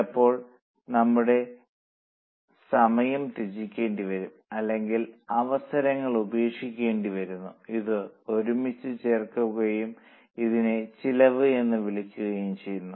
ചിലപ്പോൾ നമുക്ക് നമ്മുടെ സമയം ത്യജിക്കേണ്ടിവരുന്നു അല്ലെങ്കിൽ അവസരങ്ങൾ ഉപേക്ഷിക്കേണ്ടി വരുന്നു ഇത് ഒരുമിച്ച് ചേർക്കുകയും ഇതിനെ ചെലവ് എന്ന് വിളിക്കുകയും ചെയ്യുന്നു